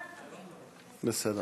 בסדר,